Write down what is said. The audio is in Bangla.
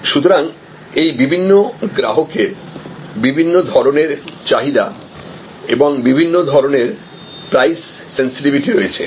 সুতরাং এই বিভিন্ন গ্রাহকের বিভিন্ন ধরণের চাহিদা এবং বিভিন্ন ধরণের প্রাইস সেনসিটিভিটি রয়েছে